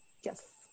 Yes